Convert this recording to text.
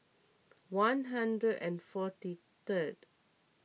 one hundred and forty third